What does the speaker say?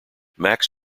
max